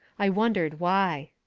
i wondered why.